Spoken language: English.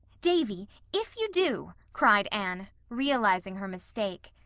davy! if you do! cried anne, realizing her mistake.